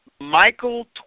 Michael